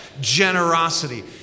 generosity